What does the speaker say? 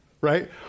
right